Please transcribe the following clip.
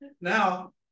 now